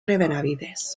benavides